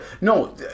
No